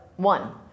One